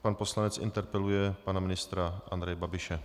Pan poslanec interpeluje pana ministra Andreje Babiše.